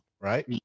right